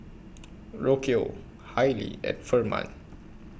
Rocio Hailee and Ferman